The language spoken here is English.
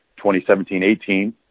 2017-18